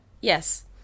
yes